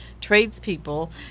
tradespeople